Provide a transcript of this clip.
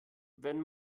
wenn